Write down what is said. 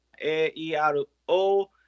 A-E-R-O